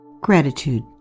Gratitude